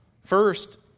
First